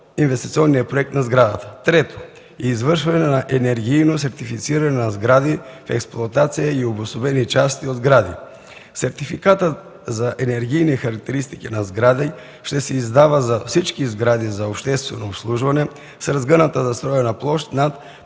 инвестиционен проект на сградата. Трето, извършване на енергийно сертифициране на сгради в експлоатация и обособени части от сгради. Сертификат за енергийни характеристики на сгради ще се издава за всички сгради за обществено обслужване с разгъната застроена площ над